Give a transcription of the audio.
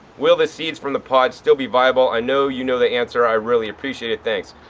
will the seeds from the pods still be viable? i know you know the answer. i really appreciate it. thanks.